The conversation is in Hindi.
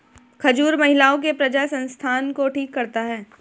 खजूर महिलाओं के प्रजननसंस्थान को ठीक करता है